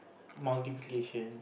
multiplication